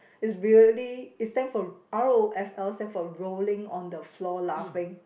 it's really it stand for r_o_f_l stand for rolling on the floor laughing